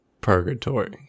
purgatory